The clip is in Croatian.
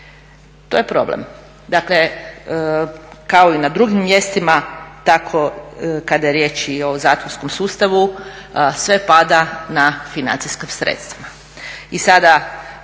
To je problem. Dakle kao i na drugim mjestima, tako kada je riječ i o zatvorskom sustavu, sve pada na financijska sredstva.